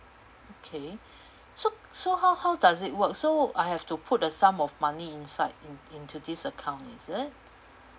okay so so how how does it work so I have to put a sum of money inside in into this account is it